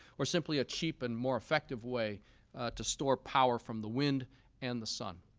or simply a cheap and more effective way to store power from the wind and the sun.